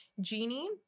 Genie